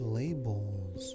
labels